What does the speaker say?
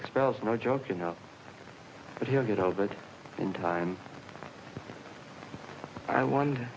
expelled no joke you know but he'll get over it in time i wonder